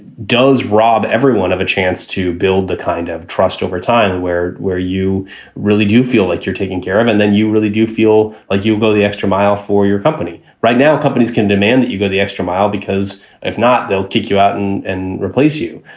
does rob everyone have a chance to build the kind of trust over time where where you really do feel like you're taking care of and then you really do feel like you go the extra mile for your company right now? companies can demand that you go the extra mile because if not, they'll kick you out and and replace you.